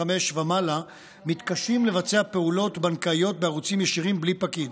ומעלה מתקשים לבצע פעולות בנקאיות בערוצים ישירים בלי פקיד.